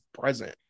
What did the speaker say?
present